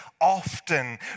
often